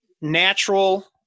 natural